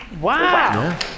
Wow